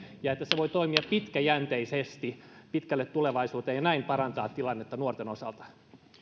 ja että se voi toimia pitkäjänteisesti pitkälle tulevaisuuteen ja näin parantaa tilannetta nuorten osalta